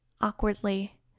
awkwardly